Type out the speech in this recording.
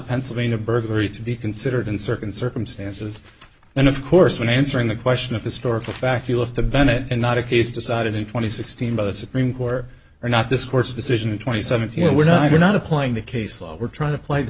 pennsylvania burglary to be considered in certain circumstances and of course when answering the question of historical fact you have to bennett and not a case decided in twenty sixteen by the supreme court or not this court's decision twenty seventeen we're not we're not applying the case law we're trying to apply the